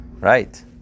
Right